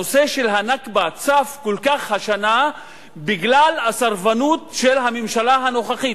הנושא של הנכבה צף כל כך השנה בגלל הסרבנות של הממשלה הנוכחית,